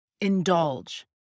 indulge